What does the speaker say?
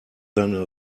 than